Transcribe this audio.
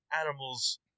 animals